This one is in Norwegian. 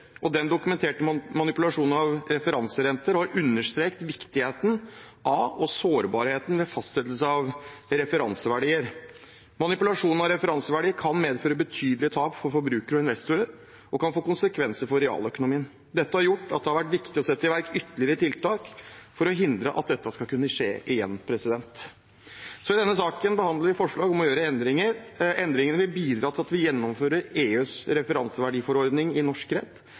Den dokumenterte manipulasjonen av referanserenter har understreket viktigheten av, og sårbarheten ved, fastsettelsen av referanseverdier. Manipulasjon av referanseverdier kan medføre betydelige tap for forbrukere og investorer og kan få konsekvenser for realøkonomien. Det har gjort at det har vært viktig å sette i verk ytterligere tiltak for å hindre at dette skal kunne skje igjen. I denne saken behandler vi forslag om å gjøre endringer. Endringene vil bidra til at vi gjennomfører EUs referanseverdiforordning i norsk rett